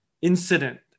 incident